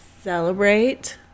...celebrate